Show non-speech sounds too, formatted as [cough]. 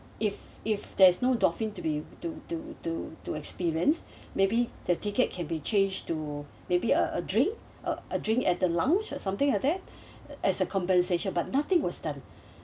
if if there's no dolphin to be to to to to experience maybe the ticket can be change to maybe a a drink a drink at the lounge or something like that [breath] as a compensation but nothing was done